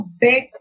big